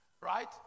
Right